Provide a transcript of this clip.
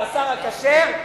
הבשר הכשר,